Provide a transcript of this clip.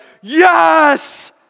yes